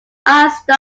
astor